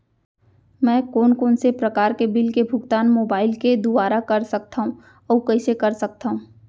मैं कोन कोन से प्रकार के बिल के भुगतान मोबाईल के दुवारा कर सकथव अऊ कइसे कर सकथव?